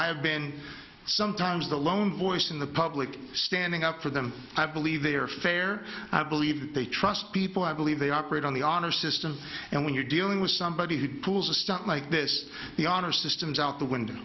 i have been sometimes the lone voice in the public standing up for them i believe they are fair i believe they trust people i believe they operate on the honor system and when you're dealing with somebody who pulls a stunt like this the honor system is out the window